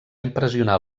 impressionar